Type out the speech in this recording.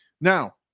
Now